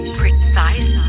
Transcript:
precise